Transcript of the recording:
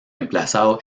emplazado